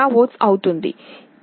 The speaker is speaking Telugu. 9 mVఅవుతుంది